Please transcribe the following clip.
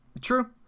True